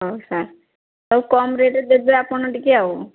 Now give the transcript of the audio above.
ହଉ ସାର୍ ସବୁ କମ୍ ରେଟ୍ରେ ଦେବେ ଆପଣ ଟିକେ ଆଉ ସବୁ ଜିନିଷ ଆଉ